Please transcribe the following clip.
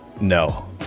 No